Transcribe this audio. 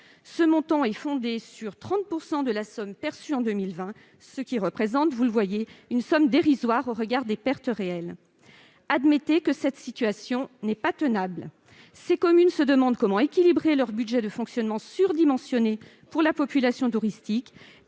la base de 30 % de la somme perçue en 2020, ce qui représente, vous le voyez, une somme dérisoire au regard des pertes réelles. Admettez que cette situation n'est pas tenable. Ces communes, qui se demandent comment équilibrer leur budget de fonctionnement surdimensionné pour la population touristique,